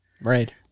Right